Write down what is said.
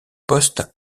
poste